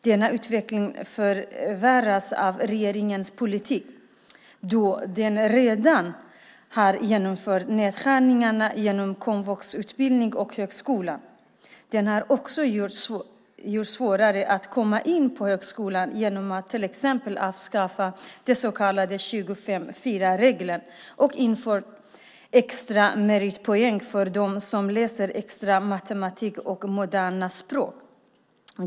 Denna utveckling förvärras av regeringens politik eftersom man redan har genomfört nedskärningar inom komvuxutbildningen och högskolan. Man har också gjort det svårare att komma in på högskolan genom att till exempel avskaffa den så kallade 25:4-regeln och införa extra meritpoäng för dem som läser extra matematik och moderna språk.